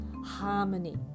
harmony